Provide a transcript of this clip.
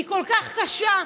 היא כל כך קשה,